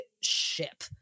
ship